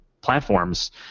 platforms